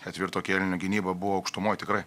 ketvirto kėlinio gynyba buvo aukštumoj tikrai